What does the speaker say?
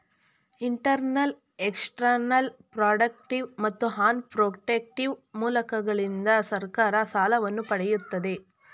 internal, external, productive ಮತ್ತು unprotective ಮೂಲಗಳಿಂದ ಸರ್ಕಾರ ಸಾಲವನ್ನು ಪಡೆಯುತ್ತದೆ